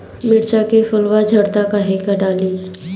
मिरचा के फुलवा झड़ता काहे का डाली?